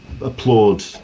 applaud